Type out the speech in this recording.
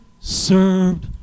served